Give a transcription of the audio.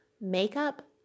makeup